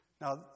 Now